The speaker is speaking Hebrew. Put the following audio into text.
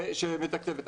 שמתקצב.